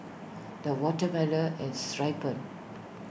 the watermelon has ripened